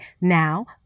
now